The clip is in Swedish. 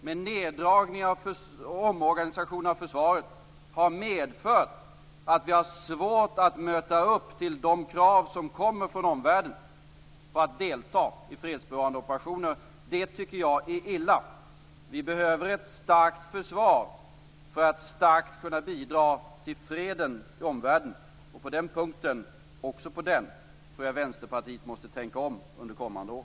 Men neddragningar och omorganisationer i försvaret har medfört att vi har svårt att möta de krav som ställs från omvärlden på att vi skall delta i fredsbevarande operationer. Det tycker jag är illa. Vi behöver ett starkt försvar för att kunna bidra till freden i omvärlden. Också på den punkten tror jag att Vänsterpartiet måste tänka om under kommande år.